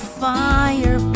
fire